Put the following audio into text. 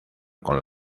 con